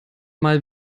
mal